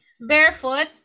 barefoot